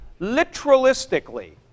Literalistically